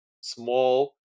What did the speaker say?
small